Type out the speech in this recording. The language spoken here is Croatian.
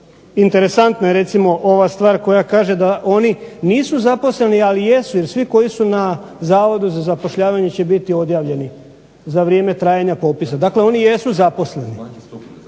interesantna je recimo ova stvar koja kaže da oni nisu zaposleni, ali jesu jer svi koji su na Zavodu za zapošljavanje će biti odjavljeni za vrijeme trajanja popisa. Dakle oni jesu zaposleni,